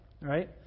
right